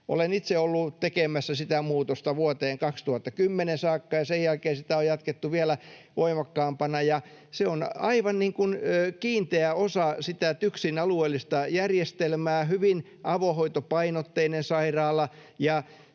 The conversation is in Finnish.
itse ollut tekemässä sitä muutosta vuoteen 2010 saakka, ja sen jälkeen sitä on jatkettu vielä voimakkaampana. Se on aivan kiinteä osa sitä TYKSin alueellista järjestelmää, hyvin avohoitopainotteinen sairaala.